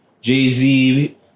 Jay-Z